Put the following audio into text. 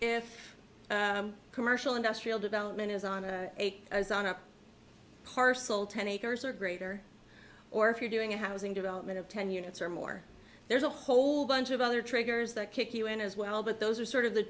if commercial industrial development is on a parcel ten acres or greater or if you're doing a housing development of ten units or more there's a whole bunch of other triggers that kick you in as well but those are sort of